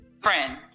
friend